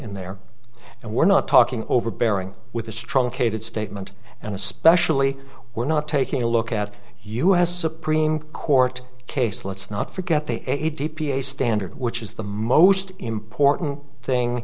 in there and we're not talking overbearing with a strong case that statement and especially we're not taking a look at us supreme court case let's not forget the a d p a standard which is the most important thing